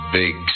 big